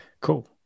Cool